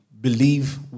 believe